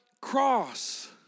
cross